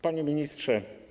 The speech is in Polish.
Panie Ministrze!